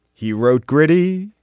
he wrote gritty,